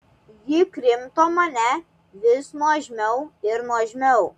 ji krimto mane vis nuožmiau ir nuožmiau